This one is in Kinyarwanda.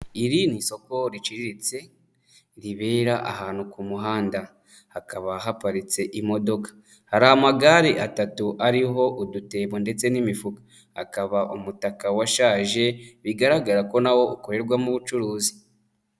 Iri ni soko riciriritse ribera ahantu ku muhanda, hakaba haparitse imodoka, hari amagare atatu ariho udutebo ndetse n'imifuka, hakaba umutaka washaje bigaragara ko na wo ukorerwamo ubucuruzi.